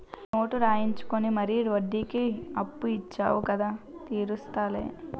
note రాయించుకుని మరీ వడ్డీకి అప్పు ఇచ్చేవు కదా తీరుస్తాం లే